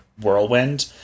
whirlwind